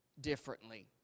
differently